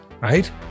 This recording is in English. right